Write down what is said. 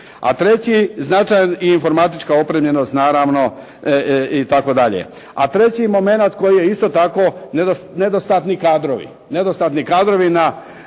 A treći značajan i informatička opremljenost naravno itd. A treći momenat koji je isto tako nedostatni kadrovi u sanitarnoj